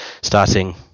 starting